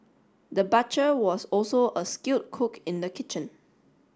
the butcher was also a skilled cook in the kitchen